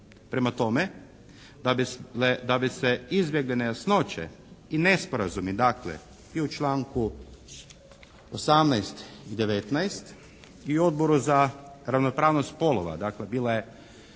Prema tome, da bi se izbjegle nejasnoće i nesporazumi dakle i u članku 18. i 19. i Odboru za ravnopravnost spolova, dakle bila je